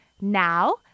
now